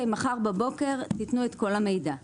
מחר בבוקר תנו את כל המידע.